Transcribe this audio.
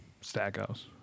Stackhouse